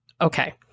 Okay